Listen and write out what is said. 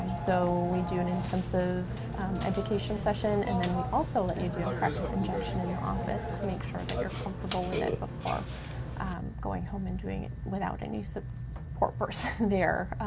so we do an intensive education session and then we also let you do a practice injection in the office to make sure that you're comfortable with it before going home and doing it without any so support person there,